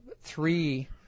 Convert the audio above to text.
three